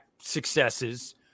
successes